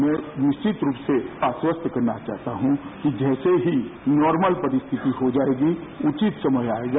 मैं निरिवत रूप से आश्वस्त करना चाहता हूं कि जैसे ही नॉर्मल परिस्थिति हो जाएगी उचित समय आएगा